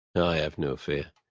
i have no fear.